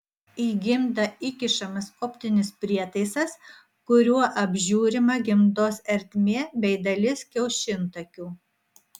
į gimdą įkišamas optinis prietaisas kuriuo apžiūrima gimdos ertmė bei dalis kiaušintakių